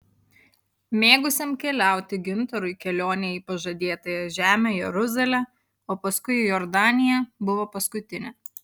mėgusiam keliauti gintarui kelionė į pažadėtąją žemę jeruzalę o paskui į jordaniją buvo paskutinė